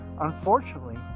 unfortunately